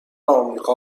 آمریکا